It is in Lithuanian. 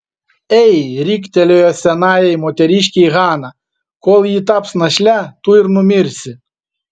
ei riktelėjo senajai moteriškei hana kol ji taps našle tu ir numirsi